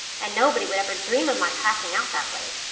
and nobody would ever dream of my passing out that way.